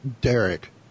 Derek